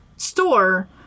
store